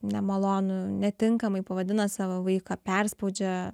nemalonų netinkamai pavadina savo vaiką perspaudžia